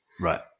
Right